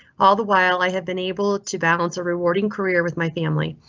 all the while, i have been able to balance a rewarding career with my family.